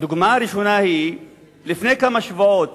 הדוגמה הראשונה היא שלפני כמה שבועות